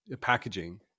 Packaging